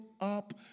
up